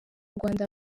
rwanda